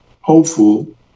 hopeful